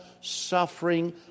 suffering